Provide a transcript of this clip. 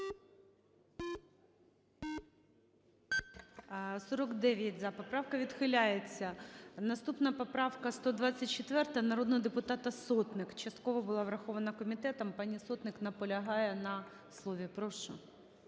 49 за поправку. Відхиляється. Наступна поправка 124, народного депутата Сотник, частково була врахована комітетом, пані Сотник наполягає на слові, прошу.